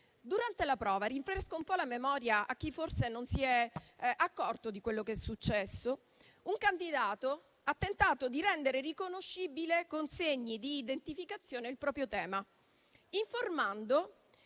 Durante la prova - rinfresco un po' la memoria a chi forse non si è accorto di quello che è successo - un candidato ha tentato di rendere riconoscibile, con segni di identificazione, il proprio tema, informando